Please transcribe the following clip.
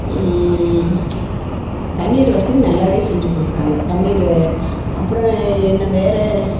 தண்ணீர் வசதி நல்லாவே செஞ்சி கொடுக்குறாங்க தண்ணீர் அப்புறோம் என்ன வேற